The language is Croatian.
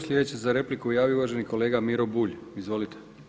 Sljedeći se za repliku javio uvaženi kolega Miro Bulj, izvolite.